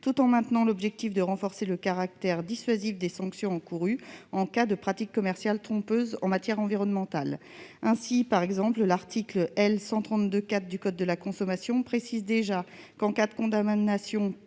elle maintient l'objectif de renforcer le caractère dissuasif des sanctions encourues en cas de pratique commerciale trompeuse en matière environnementale. L'article L. 132-4 du code de la consommation précise déjà que, en cas de condamnation pour